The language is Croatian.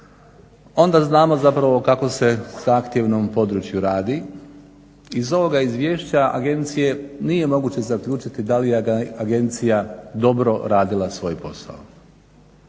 onda znamo zapravo o kako se zahtjevnom području radi. Iz ovoga izvješća agencije nije moguće zaključiti da li je agencija dobro radila svoj posao.